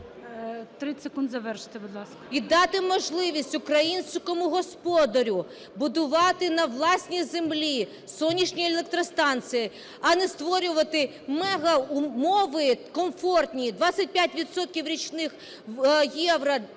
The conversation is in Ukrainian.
І дати можливість українському господарю будувати на власній землі сонячні електростанції, а не створювати мегаумови комфортні - 25 відсотків